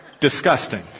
disgusting